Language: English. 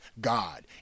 God